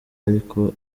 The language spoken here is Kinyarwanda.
ariko